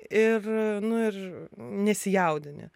ir nu ir nesijaudini